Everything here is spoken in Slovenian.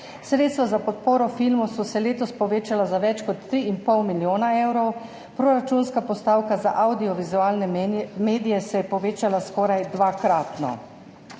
sredstva za podporo filmu so se letos povečala za več kot 3 in pol milijone evrov, proračunska postavka za avdiovizualne medije se je povečala skoraj dvakratno.